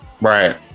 Right